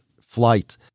flight